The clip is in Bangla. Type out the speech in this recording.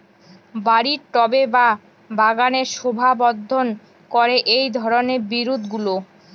বাড়ির টবে বা বাগানের শোভাবর্ধন করে এই ধরণের বিরুৎগুলো